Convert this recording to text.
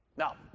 Now